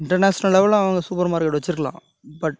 international லெவலில் அவங்க supermarket வச்சிருக்கலாம் பட்